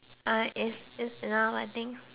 I if it's enough I think